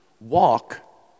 walk